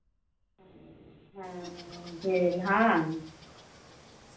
ᱦᱮᱸ ᱡᱤᱞ ᱦᱮᱸᱵᱟᱝ